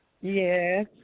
Yes